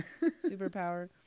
superpower